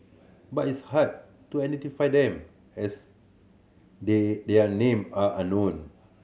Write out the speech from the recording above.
but it's hard to identify them as they their name are unknown